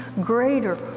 greater